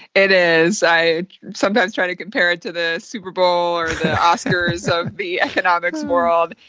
it is. i sometimes try to compare it to the super bowl or oscars of the economics world.